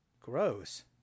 Gross